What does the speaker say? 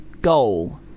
goal